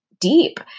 deep